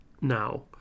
now